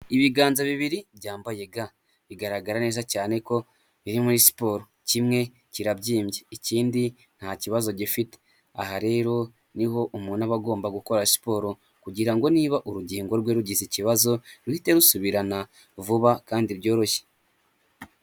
Ibiganza bibiri byambaye ga, bigaragara neza cyane ko biri muri siporo, kimwe kirabyimbye, ikindi nta kibazo gifite, aha rero niho umuntu aba agomba gukora siporo, kugira niba urugingo rwe rugize ikibazo ruhite rusubirana vuba kandi byoroshye.